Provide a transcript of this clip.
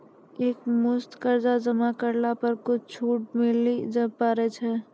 एक मुस्त कर्जा जमा करला पर कुछ छुट मिले पारे छै?